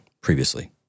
previously